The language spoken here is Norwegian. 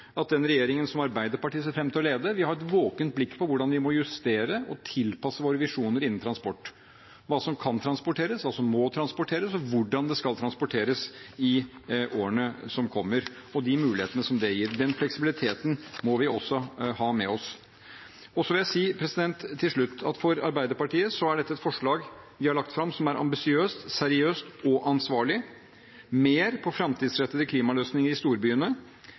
at den regjeringen som Arbeiderpartiet ser fram til å lede, vil ha et våkent blikk på hvordan vi må justere og tilpasse våre visjoner innen transport – hva som kan transporteres, hva som må transporteres, og hvordan det skal transporteres – i årene som kommer. De mulighetene som det gir, og den fleksibiliteten må vi også ha med oss. Til slutt vil jeg si at for Arbeiderpartiet er forslaget vi har lagt fram, ambisiøst, seriøst og ansvarlig. Det er mer om framtidsrettede klimaløsninger i storbyene,